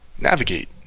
navigate